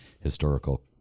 Historical